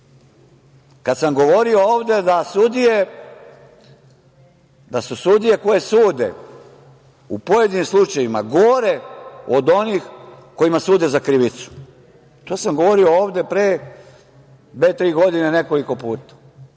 Kada sam govorio ovde da su sudije koje sude u pojedinim slučajevima gore od onih kojima sude za krivicu. To sam govorio ovde pre dve-tri godine nekoliko puta.